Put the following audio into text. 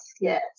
Yes